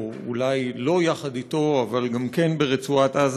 או אולי לא יחד אתו אבל גם כן ברצועת עזה,